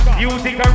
music